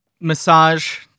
massage